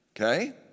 Okay